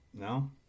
no